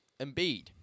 Embiid